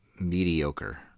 mediocre